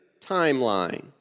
timeline